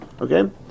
Okay